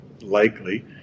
likely